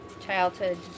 childhood